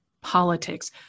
politics